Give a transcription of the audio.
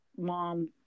Mom